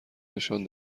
نشان